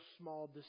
small